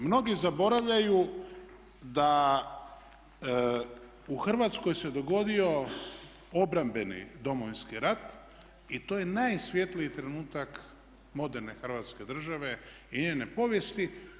Mnogi zaboravljaju da u Hrvatskoj se dogodio obrambeni Domovinski rat i to je najsvjetliji trenutak moderne Hrvatske države i njene povijesti.